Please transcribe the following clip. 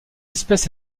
espèce